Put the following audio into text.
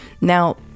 Now